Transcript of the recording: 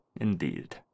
indeed